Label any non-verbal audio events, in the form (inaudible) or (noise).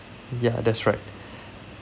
ya that's right (breath)